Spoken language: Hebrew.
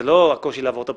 זה לא הקושי לעבור את הבחינה,